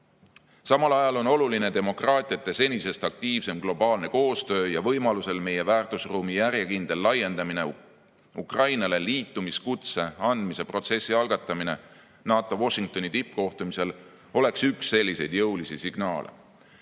ajal on oluline demokraatlike riikide senisest aktiivsem globaalne koostöö ja võimalusel meie väärtusruumi järjekindel laiendamine. Ukrainale liitumiskutse andmise protsessi algatamine NATO Washingtoni tippkohtumisel oleks üks selliseid jõulisi signaale. Euroopa